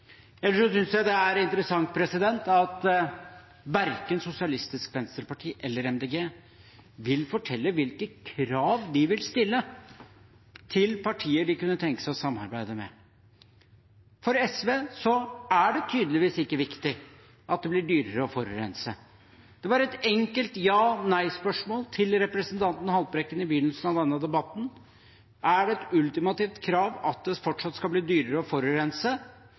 Ellers synes jeg det er interessant at verken Sosialistisk Venstreparti eller Miljøpartiet De Grønne vil fortelle hvilke krav de vil stille til partier de kunne tenke seg å samarbeide med. For SV er det tydeligvis ikke viktig at det blir dyrere å forurense. Et enkelt ja- eller nei-spørsmål til representanten Haltbrekken i begynnelsen av denne debatten var: Er det et ultimativt krav at det fortsatt skal bli dyrere å forurense,